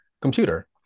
computer